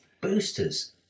boosters